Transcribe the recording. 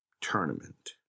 tournament